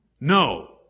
No